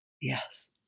Yes